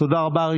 תודה רבה.